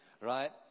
right